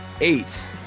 eight